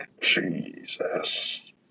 Jesus